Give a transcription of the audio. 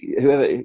whoever